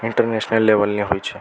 international લેવલની હોય છે